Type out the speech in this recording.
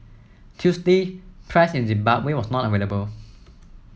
Tuesday price in Zimbabwe was not available